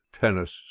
tennis